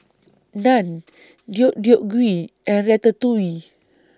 Naan Deodeok Gui and Ratatouille